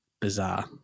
bizarre